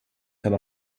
kann